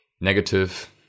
negative